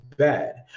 bad